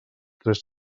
tres